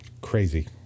crazy